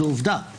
זאת עובדה.